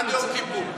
עד יום כיפור.